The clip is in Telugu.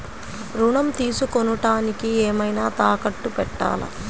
ఋణం తీసుకొనుటానికి ఏమైనా తాకట్టు పెట్టాలా?